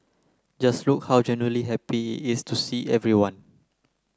just look how genuinely happy is to see everyone